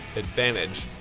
advantage,